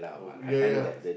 oh ya ya